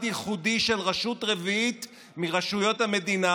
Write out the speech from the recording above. ייחודי של רשות רביעית מרשויות המדינה,